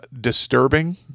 disturbing